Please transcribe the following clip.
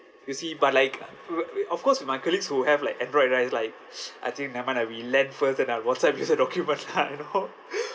you see but like of course with my colleagues who have like android right is like I think never mind lah we land first then I'll whatsapp you the document lah you know